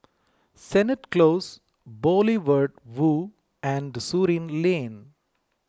Sennett Close Boulevard Vue and Surin Lane